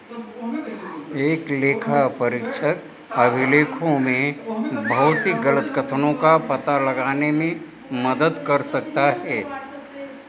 एक लेखापरीक्षक अभिलेखों में भौतिक गलत कथनों का पता लगाने में मदद कर सकता है